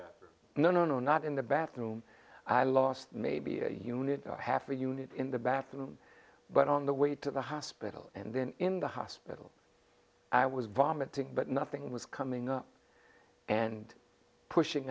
right no no no not in the bathroom i lost maybe a unit half a unit in the bathroom but on the way to the hospital and then in the hospital i was vomiting but nothing was coming up and pushing